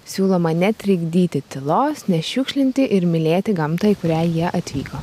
siūloma netrikdyti tylos nešiukšlinti ir mylėti gamtą į kurią jie atvyko